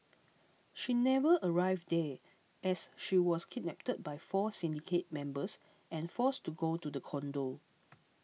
she never arrived there as she was kidnapped by four syndicate members and forced to go to the condo